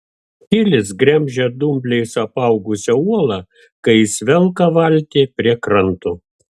kilis gremžia dumbliais apaugusią uolą kai jis velka valtį prie kranto